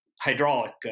hydraulic